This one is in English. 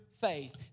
faith